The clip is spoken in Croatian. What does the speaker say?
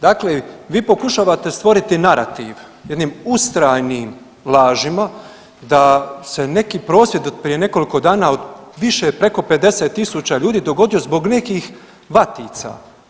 Dakle, vi pokušavate stvoriti narativ jednim ustrajnim lažima da se neki prosvjed od prije nekoliko dana od više preko 50.000 ljudi dogodio zbog nekih vatica.